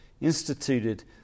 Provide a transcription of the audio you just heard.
instituted